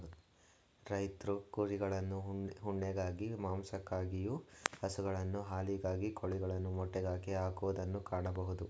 ರೈತ್ರು ಕುರಿಗಳನ್ನು ಉಣ್ಣೆಗಾಗಿ, ಮಾಂಸಕ್ಕಾಗಿಯು, ಹಸುಗಳನ್ನು ಹಾಲಿಗಾಗಿ, ಕೋಳಿಗಳನ್ನು ಮೊಟ್ಟೆಗಾಗಿ ಹಾಕುವುದನ್ನು ಕಾಣಬೋದು